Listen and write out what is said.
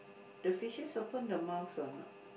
the fishes open the mouth or not